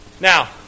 Now